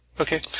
okay